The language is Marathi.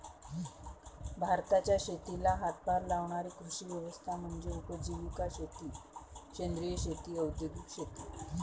भारताच्या शेतीला हातभार लावणारी कृषी व्यवस्था म्हणजे उपजीविका शेती सेंद्रिय शेती औद्योगिक शेती